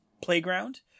playground